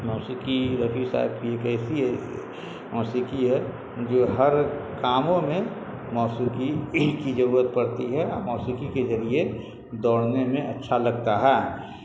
موسیقی رفیع صاحب کی ایک ایسی موسیقی ہے جو ہر کاموں میں موسیقی کی ضرورت پڑتی ہے اور موسیقی کے ذریعے دوڑنے میں اچھا لگتا ہے